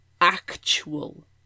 actual